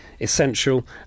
essential